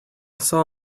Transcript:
saw